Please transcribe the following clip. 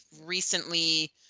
recently